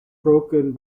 broken